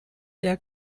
der